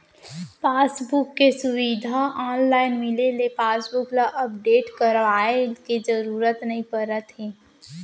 passbook के सुबिधा online मिले ले पासबुक ल अपडेट करवाए के जरूरत नइ परत हे